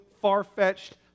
far-fetched